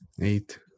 eight